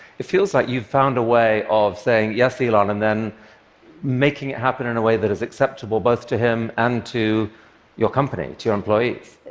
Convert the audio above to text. it feels like you've found a way of saying, yes, elon, and then making it happen in a way that is acceptable both to him and to your company, to your employees.